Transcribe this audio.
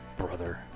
brother